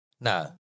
No